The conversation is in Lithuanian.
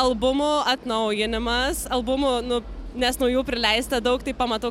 albumų atnaujinamas albumų nu nes naujų prileista daug tai pamatau